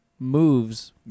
Moves